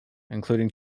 including